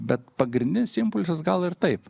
bet pagrindinis impulsas gal ir taip